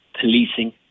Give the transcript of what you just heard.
policing